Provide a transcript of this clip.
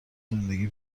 زندگی